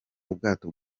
ubwato